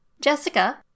Jessica